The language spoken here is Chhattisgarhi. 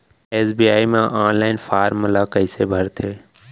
एस.बी.आई म ऑनलाइन फॉर्म ल कइसे भरथे?